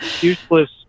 useless